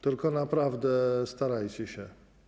Tylko naprawdę, starajcie się.